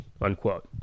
unquote